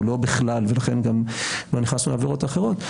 הוא לא בכלל ולכן גם לא נכנסנו לעבירות אחרות,